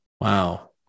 Wow